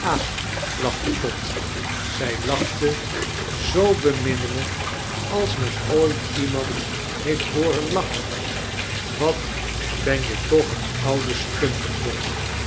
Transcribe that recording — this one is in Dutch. lachte dot zij laohte zoo bemiiinnelijk als men ooit iemand heetft hooren lachen wat ben je toch eein ouide stumperd john